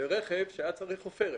לרכב שהיה צריך עופרת.